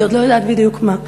אני עוד לא יודעת בדיוק מה.